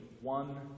one